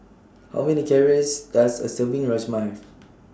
How Many Calories Does A Serving of Rajma Have